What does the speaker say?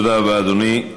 תודה רבה, אדוני.